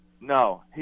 No